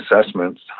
assessments